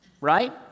right